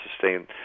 sustain